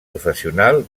professional